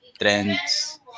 trends